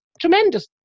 tremendous